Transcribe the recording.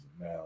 now